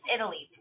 Italy